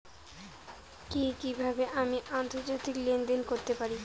কি কিভাবে আমি আন্তর্জাতিক লেনদেন করতে পারি?